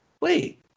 wait